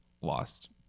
lost